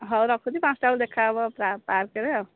ହଉ ରଖୁଛି ପାଞ୍ଚଟା ବେଳକୁ ଦେଖାହେବ ପାର୍କରେ ଆଉ